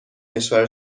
کشور